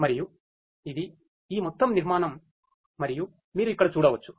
మరియు ఇది ఈ మొత్తం నిర్మాణం మరియు మీరు ఇక్కడ చూడవచ్చు